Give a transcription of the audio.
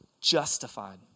justified